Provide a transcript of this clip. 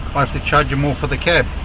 i have to charge you more for the cab.